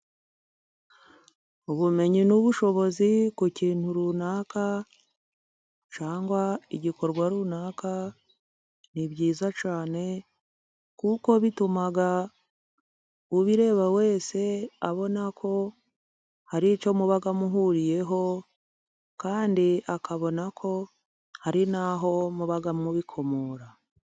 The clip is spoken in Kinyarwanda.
Ubumenyi n'ubushobozi ku kintu runaka cyangwa igikorwa runaka, ni byiza cyane kuko bituma ubireba wese abona ko hari icyo muba muhuriyeho, kandi akabona ko hari n'aho muba mubikomora.